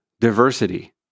diversity